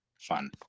fun